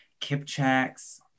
Kipchaks